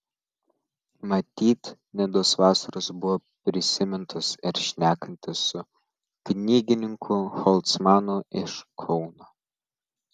matyt nidos vasaros buvo prisimintos ir šnekantis su knygininku holcmanu iš kauno